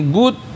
good